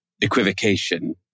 equivocation